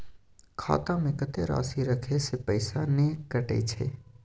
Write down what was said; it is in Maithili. खाता में कत्ते राशि रखे से पैसा ने कटै छै?